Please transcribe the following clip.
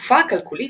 התקופה הכלקוליתית,